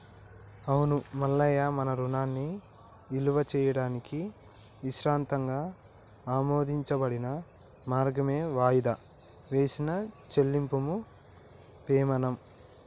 అవును మల్లయ్య మన రుణాన్ని ఇలువ చేయడానికి ఇసృతంగా ఆమోదించబడిన మార్గమే వాయిదా వేసిన చెల్లింపుము పెమాణం